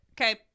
Okay